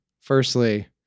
Firstly